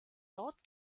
dort